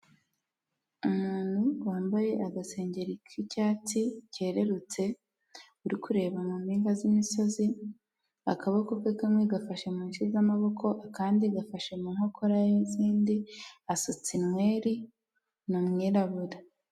Umuntu wambaye agasengeri k'icyatsi kerurutse, uri kureba mu mpinga z'imisozi, akaboko ke kamwe gafashe munce z'amaboko akandi gafashe mu nkokora y'izindi, asutse inweri ni umwirabura.